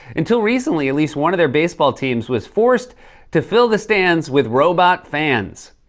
until recently, at least one of their baseball teams was forced to fill the stands with robot fans.